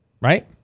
right